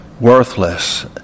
worthless